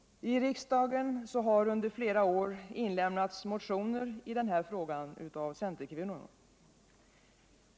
I riksdagen har under flera år inlämnats motioner i denna fråga av centerkvinnor.